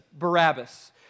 Barabbas